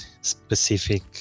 specific